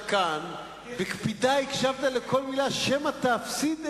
אתה צעיר,